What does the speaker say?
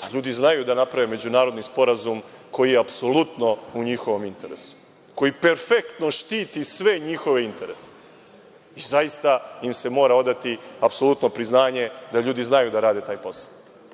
Da ljudi znaju da naprave međunarodni sporazum koji je apsolutno u njihovom interesu, koji perfektno štiti sve njihove interese. Zaista im se mora odati apsolutno priznanje da ljudi znaju da rade svoj posao. Ovde